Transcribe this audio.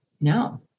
no